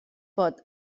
pot